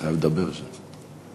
חייב לדבר שם.